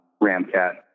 Ramcat